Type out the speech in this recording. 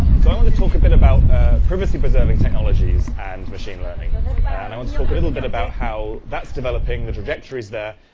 so i want to talk about ah previously presented and technologies and machine learning and i want to talk a little bit about how that's developing, the trajectories there.